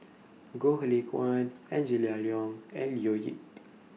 Goh Lay Kuan Angela Liong and Leo Yip